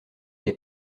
les